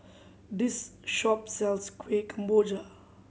this shop sells Kueh Kemboja